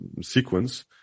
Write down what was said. sequence